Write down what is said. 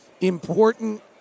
important